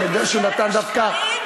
אני יודע שהוא דווקא נתן,